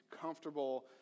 comfortable